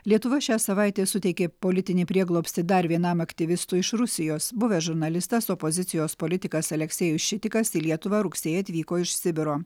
lietuva šią savaitę suteikė politinį prieglobstį dar vienam aktyvistui iš rusijos buvęs žurnalistas opozicijos politikas aleksejus šitikas į lietuvą rugsėjį atvyko iš sibiro